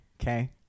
okay